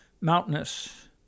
mountainous